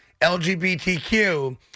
LGBTQ